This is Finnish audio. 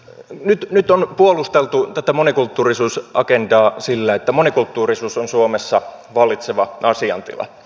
nyt on puolusteltu tätä monikulttuurisuusagendaa sillä että monikulttuurisuus on suomessa vallitseva asiantila